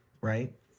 right